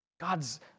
God's